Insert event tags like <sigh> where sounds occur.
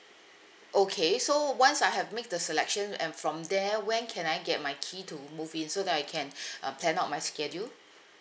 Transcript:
okay so once I have make the selection and from there when can I get my key to move in so that I can <breath> uh plan out my schedule